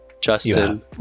justin